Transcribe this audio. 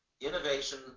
Innovation